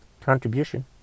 contribution